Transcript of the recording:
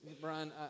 Brian